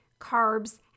carbs